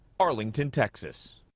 arlington, texas.